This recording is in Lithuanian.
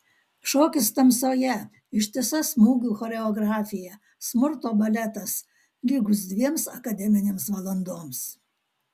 šokis tamsoje ištisa smūgių choreografija smurto baletas lygus dviems akademinėms valandoms